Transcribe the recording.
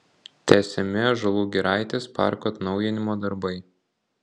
tęsiami ąžuolų giraitės parko atnaujinimo darbai